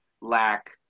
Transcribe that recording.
lack